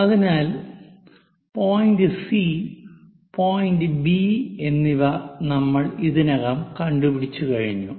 അതിനാൽ point C point B എന്നിവ നമ്മൾ ഇതിനകം കണ്ടുപിടിച്ചു കഴിഞ്ഞു